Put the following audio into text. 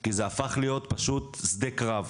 כי זה הפך להיות פשוט שדה קרב.